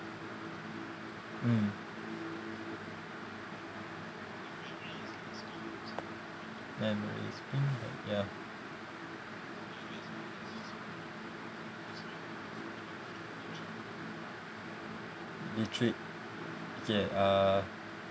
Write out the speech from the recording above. mm memories being li~ ya betrayed okay uh